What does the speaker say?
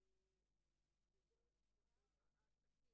אבל זה לא כתוב, אבי.